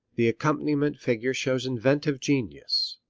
the accompaniment figure shows inventive genius.